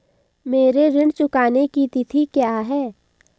मेरे ऋण चुकाने की तिथि क्या है?